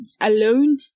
alone